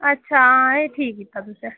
अच्छा हां एह् ठीक कीता तुसें